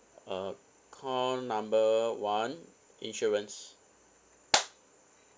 uh call number one insurance